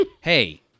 Hey